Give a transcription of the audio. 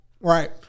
right